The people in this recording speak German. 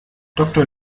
doktor